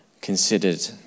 considered